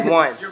one